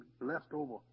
leftover